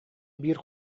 биир